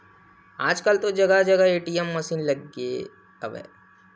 आजकल तो जगा जगा ए.टी.एम मसीन लगे लगे हवय